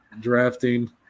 drafting